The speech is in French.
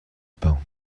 pain